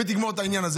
ותגמור את העניין הזה.